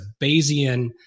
Bayesian